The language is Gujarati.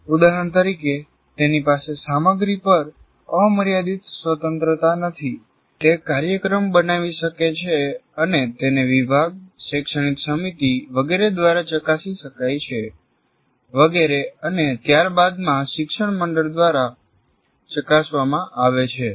ઉદાહરણ તરીકે તેની પાસે સામગ્રી પર અમર્યાદિત સ્વતંત્રતા નથી તે કાર્યક્રમ બનાવી શકે છે અને તેને વિભાગ શૈક્ષણિક સમિતિ વગેરે દ્વારા ચકાસી શકાય છે વગેરે અને ત્યારબાદમાં શિક્ષણ મંડળ દ્વારા ચકાસવામાં આવે છે